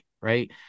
right